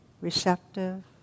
receptive